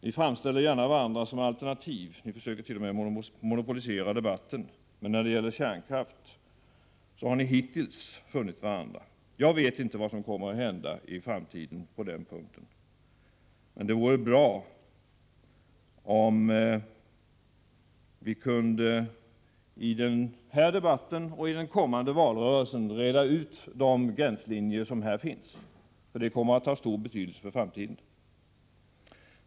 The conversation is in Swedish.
Ni framställer er gärna som varandras alternativ och försöker t.o.m. monopolisera debatten, men när det gäller kärnkraften har ni ofta funnit varandra hittills. Jag vet inte vad som kommer att hända i framtiden på den punkten, men det vore bra om vi i den här debatten och i den kommande valrörelsen kunde reda ut de gränslinjer som här finns, för det kommer att ha stor betydelse för framtiden.